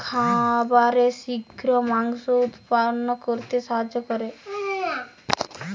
কোন খাবারে শিঘ্র মাংস উৎপন্ন করতে সাহায্য করে?